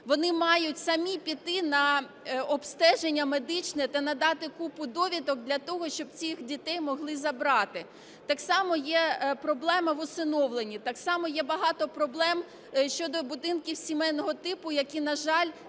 Вони мають самі піти на обстеження медичне та надати купу довідок для того, щоб цих дітей могли забрати. Так само є проблеми в усиновленні. Так само є багато проблем щодо будинків сімейного типу, які, на жаль,